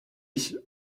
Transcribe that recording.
ich